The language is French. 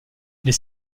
les